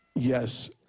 yes.